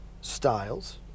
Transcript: styles